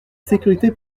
sécurité